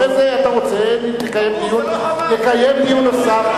אחרי זה, אתה רוצה תקיים דיון נוסף.